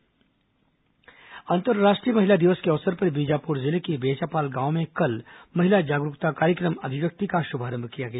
अंतर्राष्ट्रीय महिला दिवस अंतराष्ट्रीय महिला दिवस के अवसर पर बीजापुर जिले के बेचापाल गांव में कल महिला जागरूकता कार्यक्रम अभिव्यक्ति का शुभारंभ किया गया